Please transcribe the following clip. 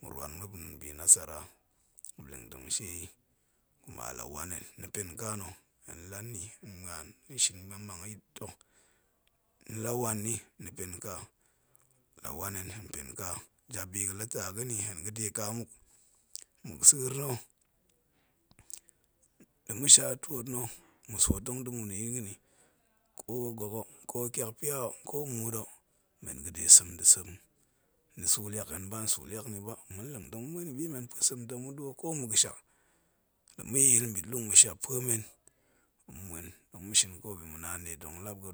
ma̱ ruan muop nda̱a̱n bi nasara, ma̱ leng tong ma̱ shei kuma la wan hen ni pen ka na̱ la nni hen da̱ mang yit ta̱, hen la̱ wanni ni pen ka na̱ ta̱ la wan ni hen peuka. Jap bi ga̱ la ta ga̱ni hen ga̱deka muk, muk sa̱a̱r na̱, nda̱ mohsha tuot na̱ ma̱ swo tong da̱ ma̱ den da̱ ni, ko gok o, ko tiakpi ko muut o men ga̱de sem naa̱ sem ni su liakhen ba, hen suu liak ni ba, ma̱nleng tongma̱, muen i bi meu npuesem tong ma̱ duo i ga̱shak, la̱ ma̱ jil nbitlung ma̱ shiap pue men, ma̱ mueu tong tong ma̱ shin, naan nɗe tong lap i.